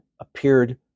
appeared